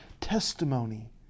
testimony